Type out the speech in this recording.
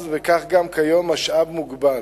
אז וכך גם היום, משאב מוגבל.